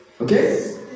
Okay